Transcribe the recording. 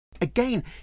Again